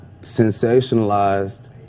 sensationalized